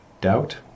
doubt